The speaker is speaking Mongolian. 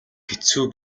хэцүү